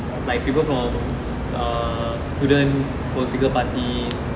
like people from err student political parties